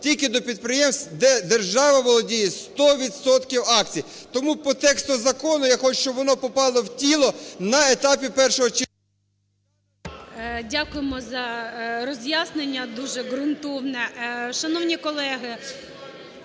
тільки до підприємств, де держава володіє 100 відсотків акцій. Тому по тексту закону я хочу, щоб воно попало в тіло на етапі першого… ГОЛОВУЮЧИЙ. Дякуємо за роз'яснення дуже ґрунтовне. Шановні колеги!